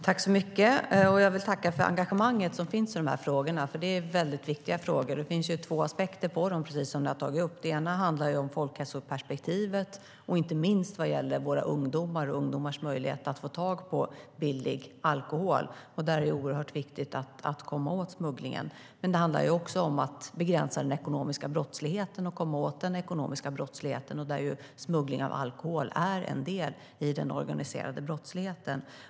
Herr talman! Jag tackar för engagemanget i dessa viktiga frågor. Det finns två aspekter på det, precis som ni har tagit upp. Det ena är folkhälsoperspektivet, inte minst faran med att ungdomar kan få tag på billig alkohol. Därför är det viktigt att komma åt smugglingen. Det andra är att begränsa och komma åt den ekonomiska brottsligheten. Smuggling av alkohol är ju en del av den organiserade brottsligheten.